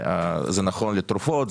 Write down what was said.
זה נכון לתרופות,